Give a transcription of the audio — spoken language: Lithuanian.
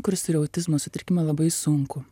kuris turi autizmo sutrikimą labai sunkų